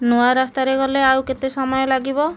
ନୂଆ ରାସ୍ତାରେ ଗଲେ ଆଉ କେତେ ସମୟ ଲାଗିବ